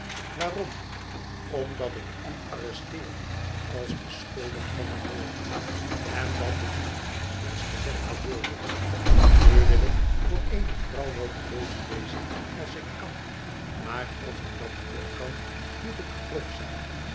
waarom omdat ik u arresteer als beschuldigd van een moord en dat behoeft u niet eens gezegd te worden nu wil ik voor eene vrouw wel beleefd wezen als ik kan maar als ik dat niet kan moet ik grof zijn